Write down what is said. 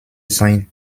sein